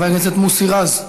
חבר הכנסת מוסי רז,